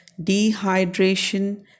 dehydration